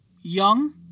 Young